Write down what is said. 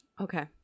Okay